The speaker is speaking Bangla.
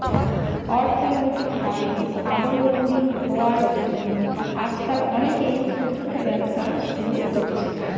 অর্থনৈতিকভাবে স্বাবলম্বী হওয়ার জন্য আজকাল অনেকেই ছোট ছোট ব্যবসা শুরু করছে